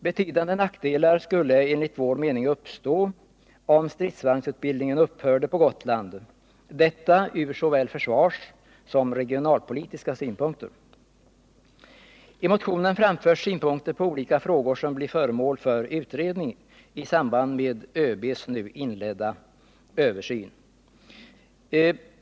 Betydande nackdelar skulle enligt vår mening uppstå om stridsvagnsutbildningen upphörde på Gotland, detta ur såväl försvarssom regionalpolitiska synpunkter. I motionen framförs synpunkter på olika frågor som bör bli föremål för utredning i samband med ÖB:s nu inledda översyn.